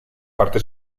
parte